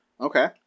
Okay